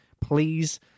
please